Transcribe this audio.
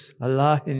Allah